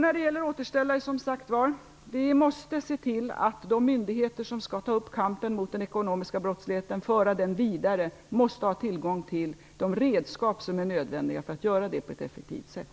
När det gäller återställare måste vi se till att de myndigheter som skall ta upp kampen mot den ekonomiska brottsligheten och som skall föra den vidare måste ha tillgång till de redskap som är nödvändiga för att göra det på ett effektivt sätt.